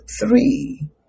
three